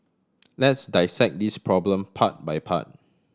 let's dissect this problem part by part